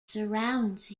surrounds